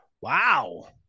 Wow